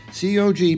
COG